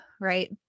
right